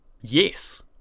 yes